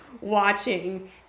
watching